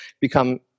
become